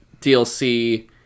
DLC